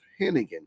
Hennigan